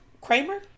Kramer